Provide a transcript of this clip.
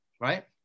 right